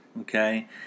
Okay